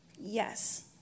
yes